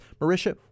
Marisha